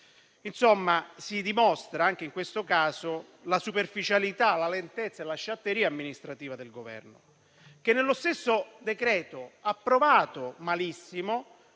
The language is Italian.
Insomma, si dimostra anche in questo caso la superficialità, la lentezza e la sciatteria amministrativa del Governo, che nello stesso decreto-legge ha provato - malissimo